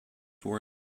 were